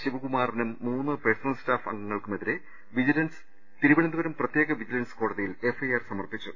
ശിവകുമാറിനും മൂന്ന് personnel staff അംഗങ്ങൾക്കുമെതിരെ vigilance Thiruvananthapuram പ്രത്യേക വിജിലൻസ് കോടതിയിൽ എഫ് ഐ ആർ സമർപ്പിച്ചു